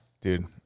Dude